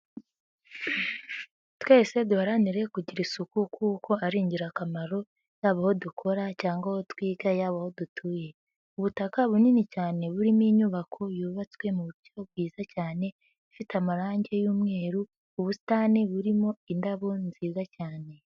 Twese duharanire kugira isuku kuko ari ingirakamaro yaba aho dukora cyangwa aho twiga yaba aho dutuye. Ubutaka bunini cyane burimo inyubako yubatswe mu buryo bwiza cyane, ifite amarangi y'umweru, ubusitani burimo indabo nziza cyane.